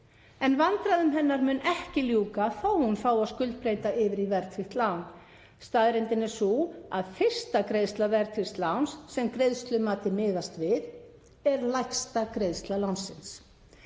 en vandræðum hennar mun ekki ljúka þó að hún fái að skuldbreyta yfir í verðtryggt lán. Staðreyndin er sú að fyrsta greiðsla verðtryggðs láns sem greiðslumatið miðast við er lægsta greiðsla lánsins